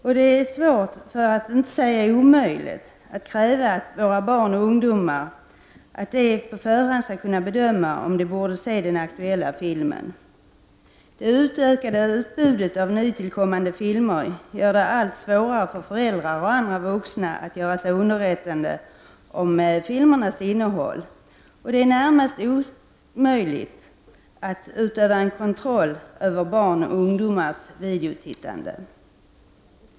Och det är svårt, för att inte säga omöjligt, att kräva av våra barn och ungdomar att de på förhand skall kunna bedöma om de borde se den aktuella filmen. Det utökade utbudet av nytillkommande filmer gör det allt svårare för föräldrar och andra vuxna att göra sig underrättade om filmernas innehåll, och det är närmast omöjligt att utöva en kontroll över barns och ungdomars videotittande.